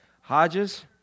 Hodges